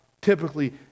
typically